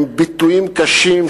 עם ביטויים קשים,